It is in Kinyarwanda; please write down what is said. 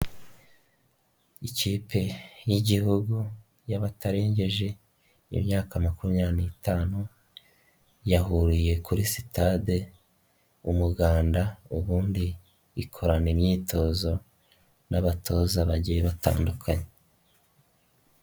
Ikipe y'Igihugu y'abatarengeje imyaka makumyabiri n'itanu, yahuriye kuri sitade Umuganda, ubundi ikorana imyitozo n'abatoza bagiye batandukanye.